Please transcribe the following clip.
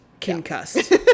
concussed